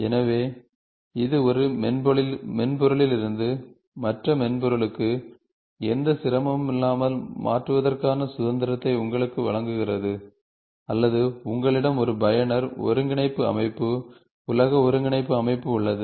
எனவே இது ஒரு மென்பொருளிலிருந்து மற்ற மென்பொருளுக்கு எந்த சிரமமும் இல்லாமல் மாற்றுவதற்கான சுதந்திரத்தை உங்களுக்கு வழங்குகிறது அல்லது உங்களிடம் ஒரு பயனர் ஒருங்கிணைப்பு அமைப்பு உலக ஒருங்கிணைப்பு அமைப்பு உள்ளது